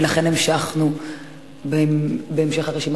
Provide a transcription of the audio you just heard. ולכן המשכנו בהמשך הרשימה.